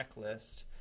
checklist